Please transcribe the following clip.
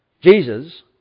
Jesus